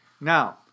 Now